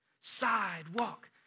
Sidewalk